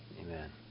Amen